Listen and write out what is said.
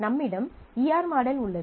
நம்மிடம் E R model உள்ளது